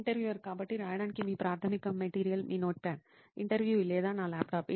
interviewer కాబట్టి రాయడానికి మీ ప్రాథమిక మెటీరియల్ మీ నోట్ప్యాడ్ ఇంటర్వ్యూఈ లేదా నా ల్యాప్టాప్